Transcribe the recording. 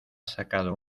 sacado